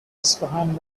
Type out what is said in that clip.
isfahan